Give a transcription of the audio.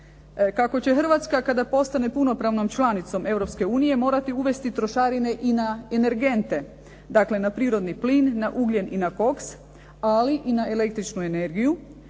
Kako će Hrvatska kada postane punopravnom članicom Europske unije morati uvesti trošarine i na energente, dakle na prirodni plin, na ugljen i na koks, ali i na električnu energiju